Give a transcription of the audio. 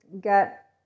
get